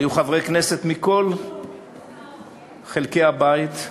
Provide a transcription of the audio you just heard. היו חברי כנסת מכל חלקי הבית,